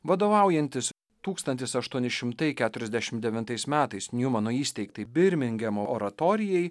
vadovaujantis tūktantis aštuoni šimtai keturiasdešim devintais metais niumano įsteigtai birmingemo oratorijai